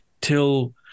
till